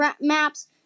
maps